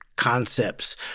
concepts